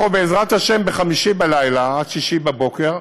אנחנו, בעזרת השם, בחמישי בלילה עד שישי בבוקר,